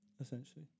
essentially